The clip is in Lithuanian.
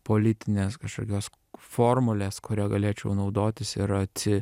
politinės kažkokios formulės kuria galėčiau naudotis ir atsi